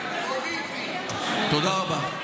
תודה רבה.